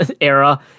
era